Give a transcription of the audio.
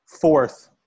fourth